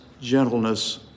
gentleness